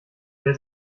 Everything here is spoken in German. wer